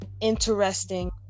interesting